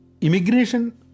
Immigration